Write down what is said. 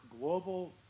global